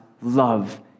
love